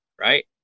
Right